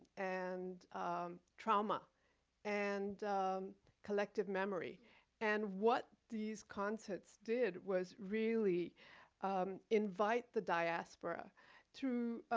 and trauma and collective memory and what these concerts did was really invite the diaspora to